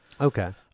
Okay